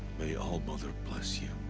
may all-mother bless you.